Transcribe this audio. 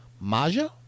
Maja